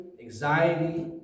Anxiety